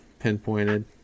pinpointed